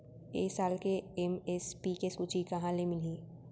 ए साल के एम.एस.पी के सूची कहाँ ले मिलही?